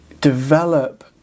develop